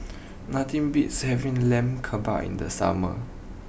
nothing beats having Lamb Kebabs in the summer